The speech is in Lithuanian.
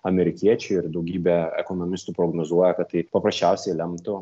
amerikiečiui ir daugybė ekonomistų prognozuoja kad tai paprasčiausiai lemtų